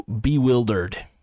Bewildered